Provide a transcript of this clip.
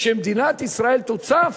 שמדינת ישראל תוצף?